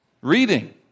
reading